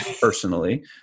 personally